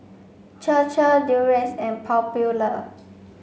Chir Chir Durex and Popular